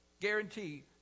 Guarantee